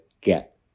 get